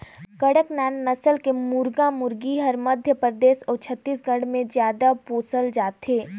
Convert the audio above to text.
कड़कनाथ नसल के मुरगा मुरगी हर मध्य परदेस अउ छत्तीसगढ़ में जादा पोसल जाथे